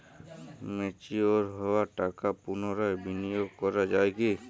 Mature হওয়া টাকা পুনরায় বিনিয়োগ করা য়ায় কি?